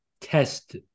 test